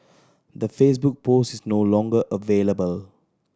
the Facebook post is no longer available